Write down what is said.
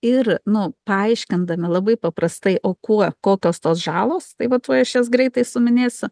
ir nu paaiškindami labai paprastai o kuo kokios tos žalos tai va tuoj aš jas greitai suminėsiu